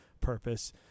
purpose